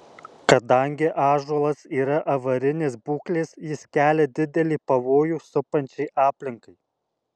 kadangi ąžuolas yra avarinės būklės jis kelia didelį pavojų supančiai aplinkai